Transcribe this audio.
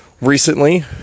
recently